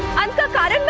and god um